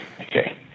Okay